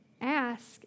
ask